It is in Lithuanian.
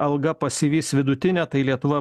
alga pasivys vidutinę tai lietuva